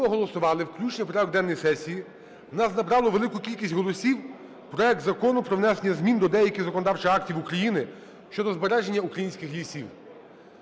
ми голосували включення в порядок денний сесії, у нас набрав велику кількість голосів проект Закону про внесення змін до деяких законодавчих актів України щодо збереження українських лісів